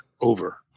over